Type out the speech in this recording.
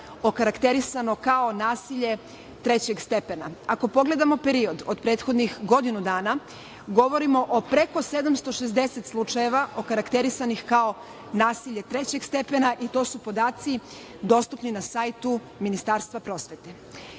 okarakterisano kao nasilje trećeg stepena. Ako pogledamo period od prethodnih godinu dana, govorimo o preko 760 slučajeva okarakterisanih kao nasilje trećeg stepena i to su podaci dostupni na sajtu Ministarstva prosvete. Mi